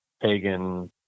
pagan